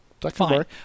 Fine